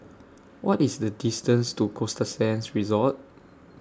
What IS The distance to Costa Sands Resort